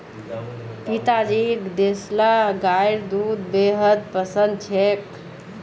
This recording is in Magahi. पिताजीक देसला गाइर दूध बेहद पसंद छेक